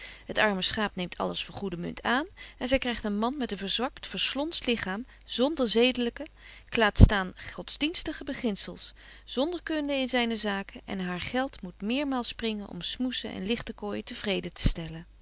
het arme schaap neemt alles voor goede munt aan en zy krygt een man met een verzwakt verslonst lichaam zonder zedelyke k laat staan godsdienstige beginsels zonder kunde in zyne zaken en haar geld moet meermaal springen om smoussen en ligtekooijen te vreden te stellen